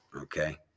Okay